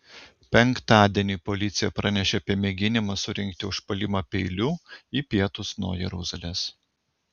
penktadienį policija pranešė apie mėginimą surengti užpuolimą peiliu į pietus nuo jeruzalės